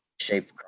shape